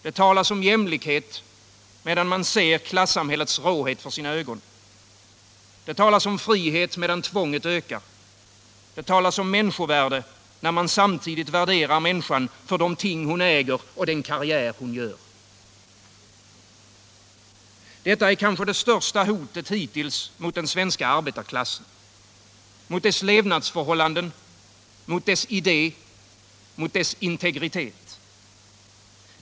Det talas om jämlikhet medan man ser klassamhällets råhet för sina ögon. Det talas om frihet medan tvånget ökar. Det talas om människovärde, när man samtidigt värderar människan för de ting hon äger och den karriär hon gör. Detta är kanske det största hotet hittills mot den svenska arbetarklassen. Mot dess levnadsförhållanden, mot dess idé, dess integritet.